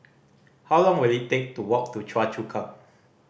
how long will it take to walk to Choa Chu Kang